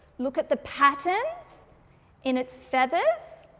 look at the patterns in its feathers.